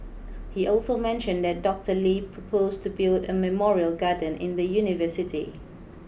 he also mentioned that Doctor Lee proposed to build a memorial garden in the university